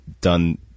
done